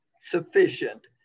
sufficient